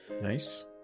Nice